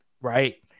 Right